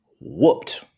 whooped